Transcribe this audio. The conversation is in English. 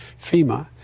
FEMA